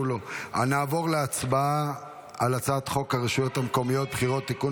נעבור להצבעה על הצעת חוק הרשויות המקומיות (בחירות) (תיקון,